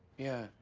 yeah.